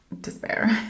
despair